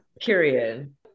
period